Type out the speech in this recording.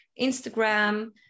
Instagram